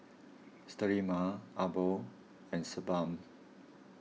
Sterimar Abbott and Sebamed